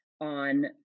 on